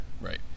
Right